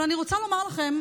אבל אני רוצה לומר לכם,